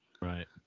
Right